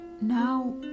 Now